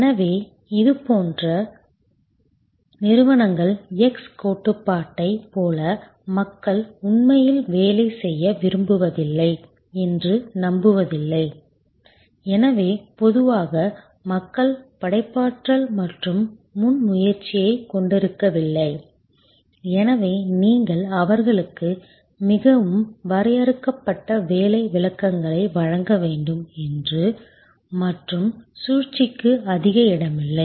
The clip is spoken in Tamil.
எனவே இதுபோன்ற நிறுவனங்கள் X கோட்பாட்டைப் போல மக்கள் உண்மையில் வேலை செய்ய விரும்புவதில்லை என்று நம்புவதில்லை எனவே பொதுவாக மக்கள் படைப்பாற்றல் மற்றும் முன்முயற்சியைக் கொண்டிருக்கவில்லை எனவே நீங்கள் அவர்களுக்கு மிகவும் வரையறுக்கப்பட்ட வேலை விளக்கங்களை வழங்க வேண்டும் மற்றும் சூழ்ச்சிக்கு அதிக இடமில்லை